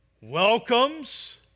welcomes